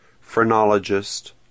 phrenologist